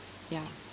ya